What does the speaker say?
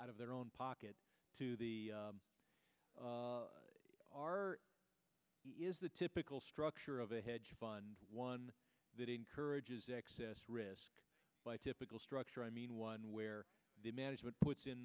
out of their own pocket to the r is the typical structure of a hedge fund one that encourages excess risk by typical structure i mean one where the management puts in